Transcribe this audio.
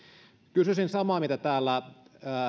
kysyisin samaa mitä täällä myös